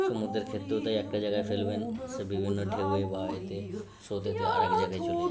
সমুদ্রের ক্ষেত্রেও তাই একটা জায়গায় ফেলবেন সে বিভিন্ন ঢেউয়ে বা এতে স্রোতেতে আর এক জায়গায় চলে যায়